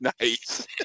Nice